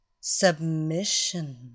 Submission